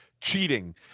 cheating